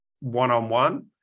one-on-one